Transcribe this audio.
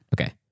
Okay